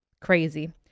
crazy